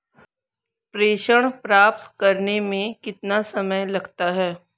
प्रेषण प्राप्त करने में कितना समय लगता है?